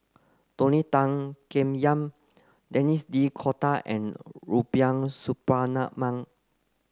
Tony Tan Keng Yam Denis D Cotta and Rubiah Suparman